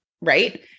right